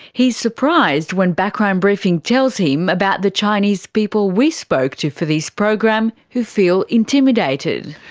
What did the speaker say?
he's surprised when background briefing tells him about the chinese people we spoke to for this program, who feel intimidated.